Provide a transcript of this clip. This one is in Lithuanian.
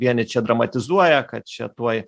vieni čia dramatizuoja kad čia tuoj